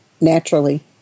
naturally